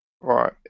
Right